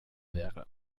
wäre